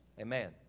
Amen